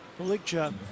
Malikja